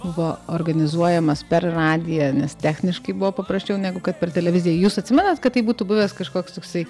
buvo organizuojamas per radiją nes techniškai buvo paprasčiau negu kad per televiziją jūs atsimenat kad tai būtų buvęs kažkoks toksai